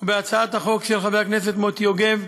ובהצעת החוק של חבר הכנסת מוטי יוגב.